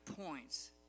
points